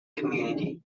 community